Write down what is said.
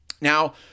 Now